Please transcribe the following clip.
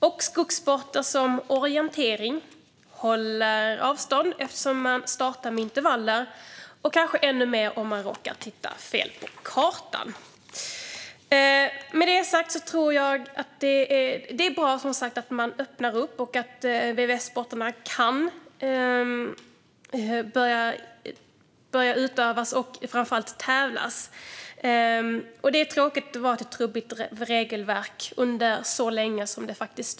I skogssporter som orientering håller man avstånd eftersom man startar med intervaller, och kanske ännu mer om man råkar titta fel på kartan. Med detta sagt är det bra att man öppnar upp och att VVS-sporterna kan börja utövas och, framför allt, tävlas i. Det är tråkigt att regelverket har varit trubbigt under så lång tid.